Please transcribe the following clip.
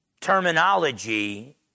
terminology